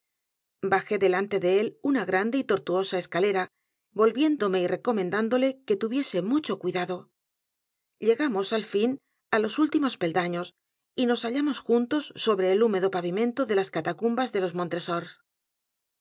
bajé delante de él una grande y tortuosa escalera volviéndome y recomendándole que tuviese mucho cuidado llegamos al fin á los últimos peldaños y nos hallamos juntos sobre el húmedo pavimento de las catacumbas de los montresors